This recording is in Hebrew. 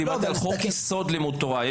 דיברתי על חוק יסוד: לימוד תורה,